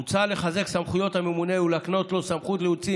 מוצע לחזק את סמכויות הממונה ולהקנות לו סמכות להוציא